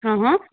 હ હ